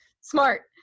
SMART